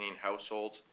households